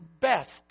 best